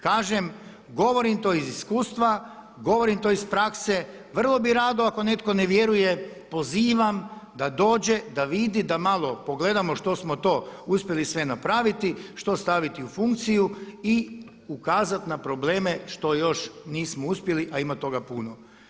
Kažem govorim to iz iskustva, govorim to iz prakse, vrlo bih rado ako netko ne vjerujem, pozivam da dođe, da vidi, da malo pogledamo što smo to uspjeli sve napraviti, što staviti u funkciju i ukazati na probleme što još nismo uspjeli a ima toga puno.